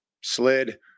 slid